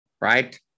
Right